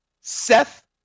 Seth